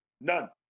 none